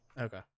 Okay